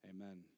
amen